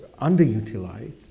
underutilized